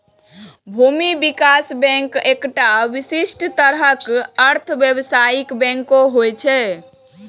भूमि विकास बैंक एकटा विशिष्ट तरहक अर्ध व्यावसायिक बैंक होइ छै